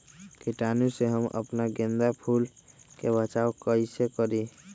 कीटाणु से हम अपना गेंदा फूल के बचाओ कई से करी?